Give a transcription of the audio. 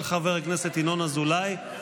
של חבר הכנסת ינון אזולאי.